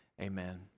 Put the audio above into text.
Amen